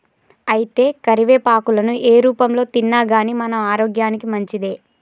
అయితే కరివేపాకులను ఏ రూపంలో తిన్నాగానీ మన ఆరోగ్యానికి మంచిదే